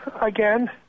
Again